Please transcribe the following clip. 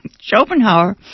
Schopenhauer